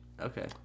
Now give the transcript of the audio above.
Okay